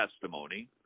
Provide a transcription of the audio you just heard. testimony